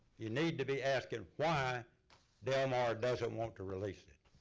you need to be asking why del mar doesn't want to release it.